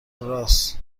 رآس